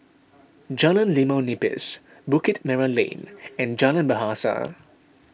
Jalan Limau Nipis Bukit Merah Lane and Jalan Bahasa